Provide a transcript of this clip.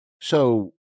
So-